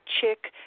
chick